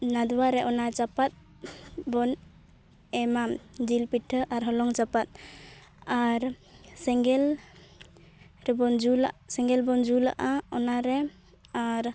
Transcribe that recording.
ᱱᱟᱫᱽᱣᱟᱨᱮ ᱚᱱᱟ ᱪᱟᱯᱟᱫ ᱵᱚᱱ ᱮᱢᱟ ᱡᱤᱞ ᱯᱤᱴᱷᱟᱹ ᱟᱨ ᱦᱚᱞᱚᱝ ᱪᱟᱯᱟᱫ ᱟᱨ ᱥᱮᱸᱜᱮᱞ ᱨᱮᱵᱚᱱ ᱡᱩᱞᱟ ᱥᱮᱸᱜᱮᱞ ᱵᱚᱱ ᱡᱩᱞᱟᱜᱼᱟ ᱚᱱᱟᱨᱮ ᱟᱨ